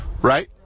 Right